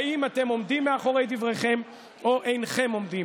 האם אתם עומדים מאחורי דבריכם או אינכם עומדים?